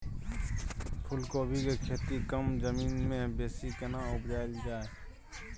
फूलकोबी के खेती कम जमीन मे बेसी केना उपजायल जाय?